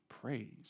praise